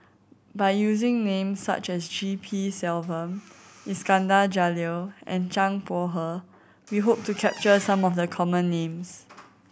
by using names such as G P Selvam Iskandar Jalil and Zhang Bohe we hope to capture some of the common names